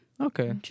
Okay